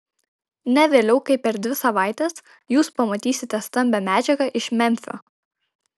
ne vėliau kaip per dvi savaites jūs pamatysite stambią medžiagą iš memfio